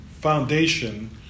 foundation